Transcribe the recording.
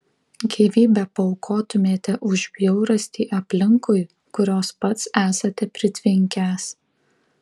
gyvybę paaukotumėte už bjaurastį aplinkui kurios pats esate pritvinkęs